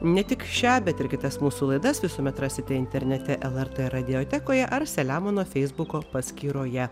ne tik šią bet ir kitas mūsų laidas visuomet rasite internete lrt radiotekoje ar selemono feisbuko paskyroje